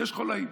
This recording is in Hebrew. יש חוליים.